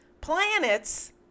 planets